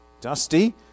dusty